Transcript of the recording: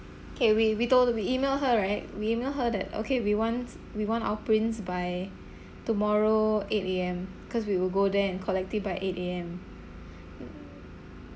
okay we we told we emailed her right we emailed her that okay we want we want our prints by tomorrow eight A_M because we will go there and collect it by eight A_M